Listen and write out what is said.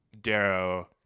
darrow